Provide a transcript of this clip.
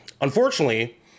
Unfortunately